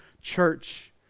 church